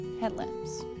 Headlamps